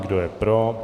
Kdo je pro?